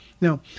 Now